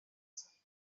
saith